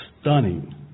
stunning